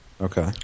Okay